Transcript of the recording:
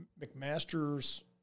McMaster's –